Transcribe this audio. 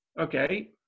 Okay